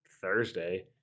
Thursday